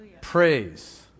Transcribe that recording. Praise